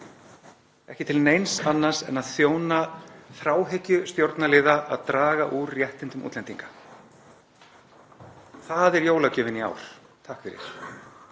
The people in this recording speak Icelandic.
Ekki til neins annars en að þjóna þráhyggju stjórnarliða að draga úr réttindum útlendinga. Það er jólagjöfin í ár. Takk fyrir.